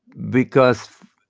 because,